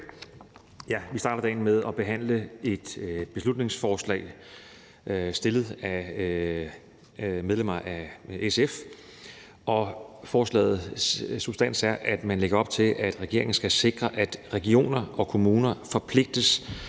vi starter dagen med at behandle et beslutningsforslag fremsat af medlemmer af SF, og forslagets substans er, at man lægger op til, at regeringen skal sikre, at regioner og kommuner forpligtes